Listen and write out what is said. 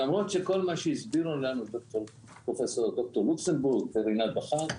למרות שכל מה שהסבירו לנו ד"ר לוקסנבורג ורינת בכר,